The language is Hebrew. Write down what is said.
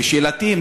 ושאלתי,